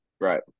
Right